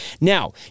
Now